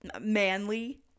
manly